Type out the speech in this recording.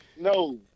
No